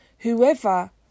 Whoever